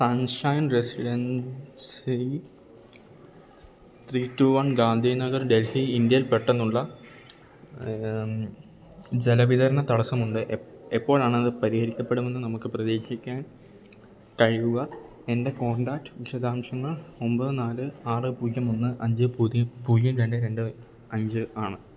sunshine residency three two one Gandhi Nagar Delhi Indian പെട്ടെന്നുള്ള ജലവിതരണ തടസ്സമുണ്ട് എപ്പോഴാണ് അത് പരിഹരിക്കപ്പെടുമെന്ന് നമുക്ക് പ്രതീക്ഷിക്കാൻ കഴിയുക എൻ്റെ കോൺടാക്റ്റ് വിശദാംശങ്ങൾ ഒമ്പത് നാല് ആറ് പൂജ്യം ഒന്ന് അഞ്ച് പൂജ്യം പൂജ്യം രണ്ട് രണ്ട് അഞ്ച് ആണ്